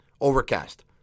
Overcast